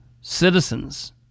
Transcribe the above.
citizens